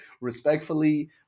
respectfully